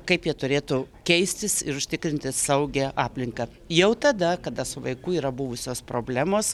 kaip jie turėtų keistis ir užtikrinti saugią aplinką jau tada kada su vaiku yra buvusios problemos